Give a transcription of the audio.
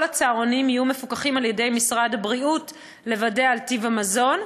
כל הצהרונים יהיו מפוקחים על-ידי משרד הבריאות כדי לוודא את טיב המזון.